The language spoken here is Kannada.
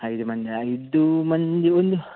ಐದು ಮಂದಿಯ ಐದು ಮಂದಿ ಒಂದು